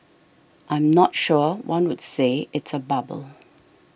I'm not sure one would say it's a bubble